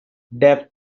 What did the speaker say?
depth